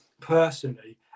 personally